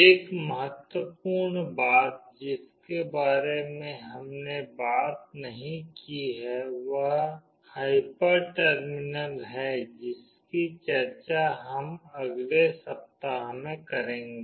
एक महत्वपूर्ण बात जिसके बारे में हमने बात नहीं की है वह हाइपर टर्मिनल है जिसकी चर्चा हम अगले सप्ताह में करेंगे